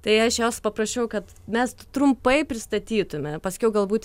tai aš jos paprašiau kad mes trumpai pristatytume paskiau galbūt